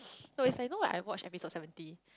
no is like know like I watch episode seventy